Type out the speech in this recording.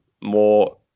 more